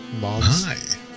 Hi